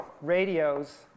radios